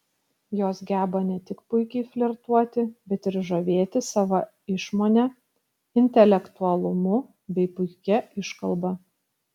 jos geba ne tik puikiai flirtuoti bet ir žavėti sava išmone intelektualumu bei puikia iškalba